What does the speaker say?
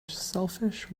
selfish